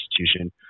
institution